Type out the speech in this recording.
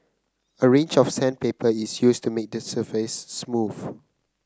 a range of sandpaper is used to make the surface smooth